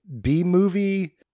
B-movie